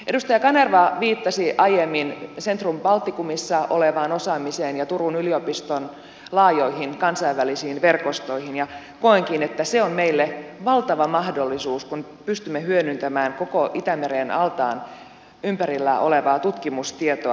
edustaja kanerva viittasi aiemmin centrum balticumissa olevaan osaamiseen ja turun yliopiston laajoihin kansainvälisiin verkostoihin ja koenkin että meille on valtava mahdollisuus että pystymme hyödyntämään koko itämeren altaan ympärillä olevaa tutkimustietoa